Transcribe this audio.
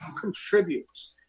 contributes